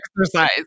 exercise